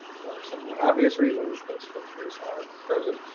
for somewhat obvious reasons, those filters are frozen,